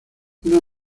una